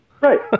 Right